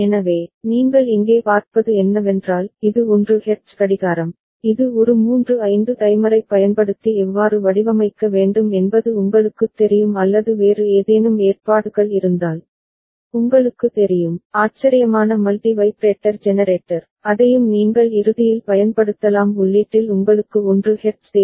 எனவே நீங்கள் இங்கே பார்ப்பது என்னவென்றால் இது 1 ஹெர்ட்ஸ் கடிகாரம் இது ஒரு மூன்று 5 டைமரைப் பயன்படுத்தி எவ்வாறு வடிவமைக்க வேண்டும் என்பது உங்களுக்குத் தெரியும் அல்லது வேறு ஏதேனும் ஏற்பாடுகள் இருந்தால் உங்களுக்கு தெரியும் ஆச்சரியமான மல்டி வைப்ரேட்டர் ஜெனரேட்டர் அதையும் நீங்கள் இறுதியில் பயன்படுத்தலாம் உள்ளீட்டில் உங்களுக்கு 1 ஹெர்ட்ஸ் தேவை